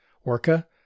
Orca